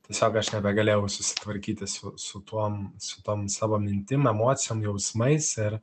tiesiog aš nebegalėjau susitvarkyti su tuo su tom savo mintim emocijom jausmais ir